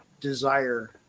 desire